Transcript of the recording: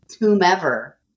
whomever